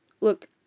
Look